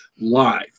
live